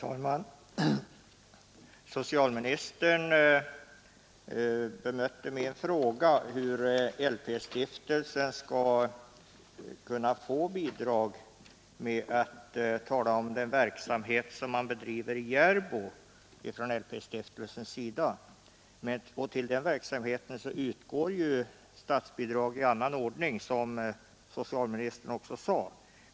Herr talman! Socialministern bemötte min fråga hur LP-stiftelsen skall kunna få bidrag med att tala om den verksamhet som LP-stiftelsen bedriver i Järbo. Till den verksamheten utgår statsbidrag i annan ordning, som socialministern också sade.